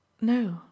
No